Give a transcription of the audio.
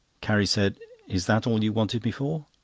carrie said is that all you wanted me for?